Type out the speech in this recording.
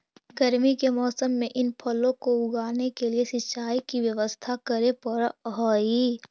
गर्मी के मौसम में इन फलों को उगाने के लिए सिंचाई की व्यवस्था करे पड़अ हई